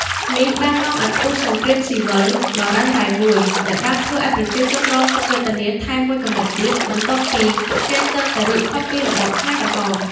នេះបាននាំឱ្យផ្ទុះសង្គ្រាមស៊ីវិលដ៏រ៉ាំរ៉ៃមួយ ដែលបានធ្វើឱ្យប្រជាជនរងទុក្ខវេទនាថែមមួយកម្រិតទៀត បន្ទាប់ពីពួកគេទើបតែរួចផុតពីរបបខ្មែរក្រហម។